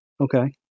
Okay